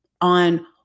on